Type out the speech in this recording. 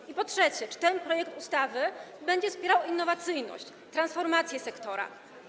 I po trzecie, czy ten projekt ustawy będzie wspierał innowacyjność, transformację sektora?